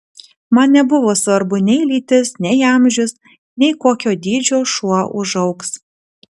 man nebuvo svarbu nei lytis nei amžius nei kokio dydžio šuo užaugs